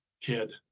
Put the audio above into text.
kid